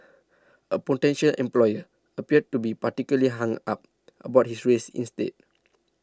a potential employer appeared to be particularly hung up about his race instead